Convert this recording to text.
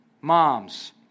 moms